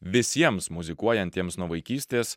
visiems muzikuojantiems nuo vaikystės